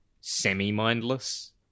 semi-mindless